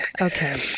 Okay